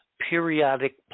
periodic